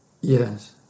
Yes